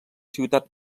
ciutat